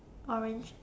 orange